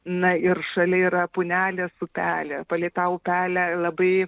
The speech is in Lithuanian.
na ir šalia yra punelės upelė palei tą upelę labai